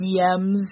DMs